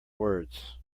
words